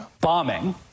bombing